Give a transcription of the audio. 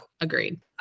agreed